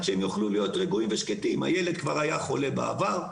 שהם יוכלו להיות רגועים ושקטים הילד כבר היה חולה בעבר,